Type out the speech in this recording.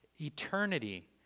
Eternity